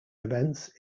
events